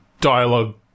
dialogue